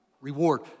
reward